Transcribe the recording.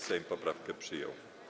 Sejm poprawkę przyjął.